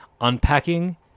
Unpacking